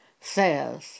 says